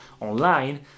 online